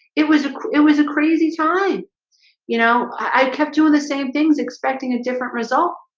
it was it was a crazy time you know, i kept doing the same things expecting a different result.